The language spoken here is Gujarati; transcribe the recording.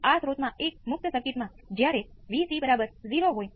આ ફક્ત સ્ટ્રેટ ફોરવર્ડ સુપર પોઝિશન છે